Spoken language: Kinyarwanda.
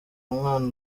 umwana